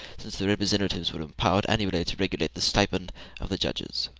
since the representatives were empowered annually to regulate the stipend of the judges.